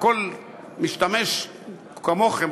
כל משתמש כמוכם,